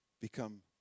become